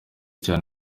cyane